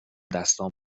دستام